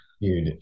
Dude